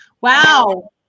Wow